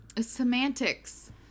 semantics